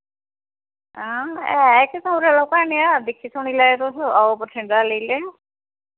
हां है इक दिक्खी सुनी लैयो तुस औग पसिंद ते लेई लैयो